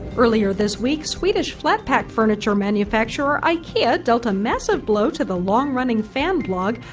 earlier this week, swedish flat-pack furniture manufacturer, ikea, dealt a massive blow to the long-running fan blog,